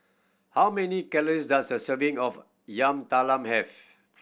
how many calories does a serving of Yam Talam have